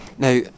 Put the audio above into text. Now